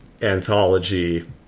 anthology